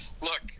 look